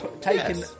taken